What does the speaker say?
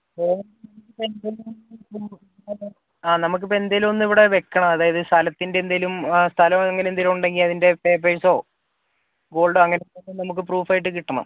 ആ നമുക്കിപ്പം എന്തേലും ഒന്ന് ഇവിടെ വെക്കണം അതായത് സ്ഥലത്തിൻ്റെ എന്തേലും സ്ഥലം എന്തെങ്കിലും ഉണ്ടേൽ അതിൻ്റെ പേപ്പേഴ്സോ ഗോൾഡോ അങ്ങനെ എന്തെങ്കിലും നമുക്ക് പ്രൂഫായിട്ട് കിട്ടണം